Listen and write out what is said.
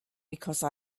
because